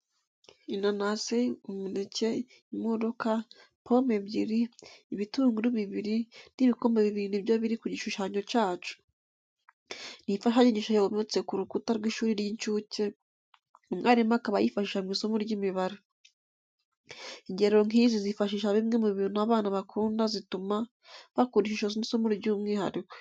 Inanasi, umuneke, imodoka, pome ebyiri, ibitunguru bibiri n'ibikombe bibiri nibyo biri ku gishushanyo cyacu. Ni imfashanyigisho yometse ku rukuta rw'ishuri ry'incuke, umwarimu akaba ayifashisha mu isomo ry'imibare. Ingero nk'izi zifashisha bimwe mu bintu abana bakunda zituma bakunda ishuri n'isomo by'umwihariko.